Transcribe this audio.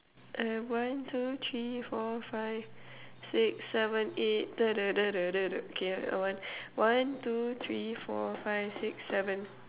uh one two three four five six seven eight okay uh one one two three four five six seven